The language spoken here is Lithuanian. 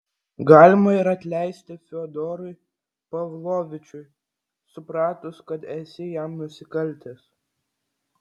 galima ir atleisti fiodorui pavlovičiui supratus kad esi jam nusikaltęs